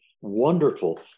wonderful